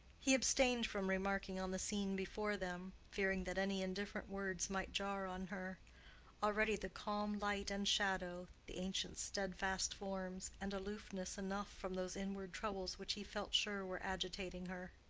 he abstained from remarking on the scene before them, fearing that any indifferent words might jar on her already the calm light and shadow, the ancient steadfast forms, and aloofness enough from those inward troubles which he felt sure were agitating her.